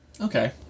Okay